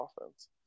offense